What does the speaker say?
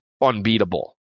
unbeatable